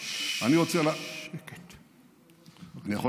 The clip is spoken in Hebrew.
לא שואלים.